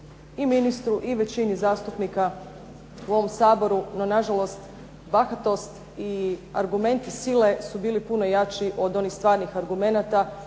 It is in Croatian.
i ministru i većini zastupnika u ovom Saboru, no nažalost bahatost i argumenti sile su bili puno jači od onih stvarnih argumenata,